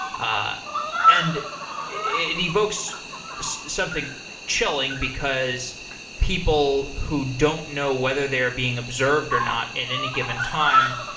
ah and it evokes something chilling, because people who don't know whether they are being observed or not at any given time,